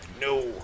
No